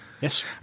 Yes